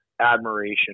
admiration